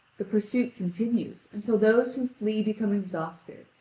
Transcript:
the pursuit continues until those who flee become exhausted,